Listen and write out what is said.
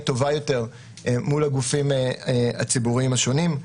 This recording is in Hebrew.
טובה יותר מול הגופים הציבוריים השונים,